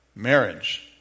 Marriage